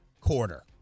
quarter